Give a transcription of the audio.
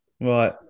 Right